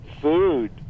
food